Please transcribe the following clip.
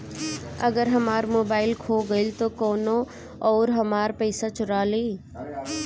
अगर हमार मोबइल खो गईल तो कौनो और हमार पइसा चुरा लेइ?